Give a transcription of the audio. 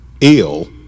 ill